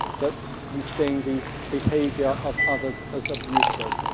that he's saying the behavior of others as abusive.